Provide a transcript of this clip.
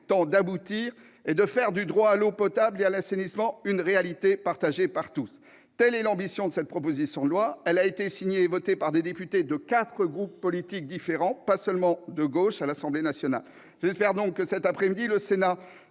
temps d'aboutir et de faire du droit à l'eau potable et à l'assainissement une réalité partagée par tous. Telle est l'ambition de cette proposition de loi. Elle a été signée et votée par des députés de quatre groupes politiques différents, pas seulement de gauche, à l'Assemblée nationale. J'espère que le Sénat,